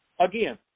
again